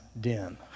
den